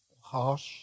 harsh